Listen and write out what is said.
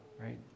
right